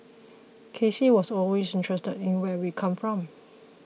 K C was always interested in where we come from